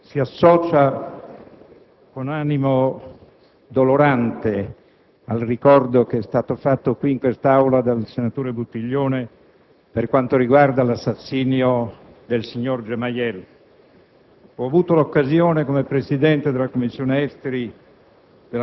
il Gruppo di Alleanza Nazionale si associa, con animo dolorante, al ricordo che è stato fatto qui, in quest'Aula, dal senatore Buttiglione per quanto riguarda l'assassinio del signor Gemayel.